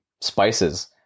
spices